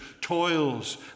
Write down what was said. toils